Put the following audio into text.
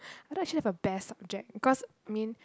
I don't actually have a best subject because I mean